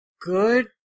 good